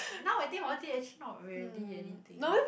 now I think about it actually not really anything